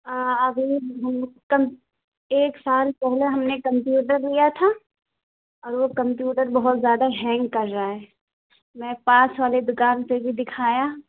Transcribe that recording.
ابھی ہم کم ایک سال پہلے ہم نے کمپیوٹر لیا تھا اور وہ کمپیوٹر بہت زیادہ ہینگ کر رہا ہے میں پاس والی دکان پہ بھی دکھایا